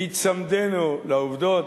בהיצמדנו לעובדות,